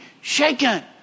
shaken